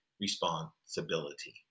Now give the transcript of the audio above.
responsibility